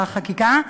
בהליכי החקיקה.